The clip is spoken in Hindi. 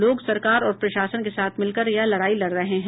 लोग सरकार और प्रशासन के साथ मिलकर यह लड़ाई लड़ रहे हैं